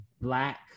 black